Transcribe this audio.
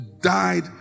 died